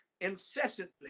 incessantly